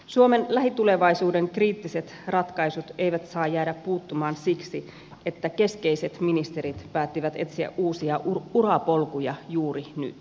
suomen lähitulevaisuuden kriittiset ratkaisut eivät saa jäädä puuttumaan siksi että keskeiset ministerit päättivät etsiä uusia urapolkuja juuri nyt